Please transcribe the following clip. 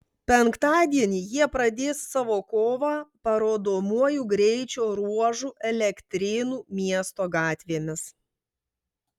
penktadienį jie pradės savo kovą parodomuoju greičio ruožu elektrėnų miesto gatvėmis